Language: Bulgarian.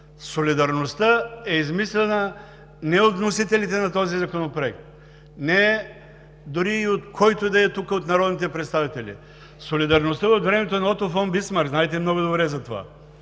солидарността е измислена не от вносителите на този законопроект, не дори и от който и да е тук от народните представители. Солидарността е от времето на Ото фон Бисмарк – знаете много добре за това.